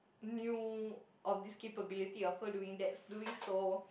knew of this capability of her doing that doing so